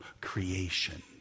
creation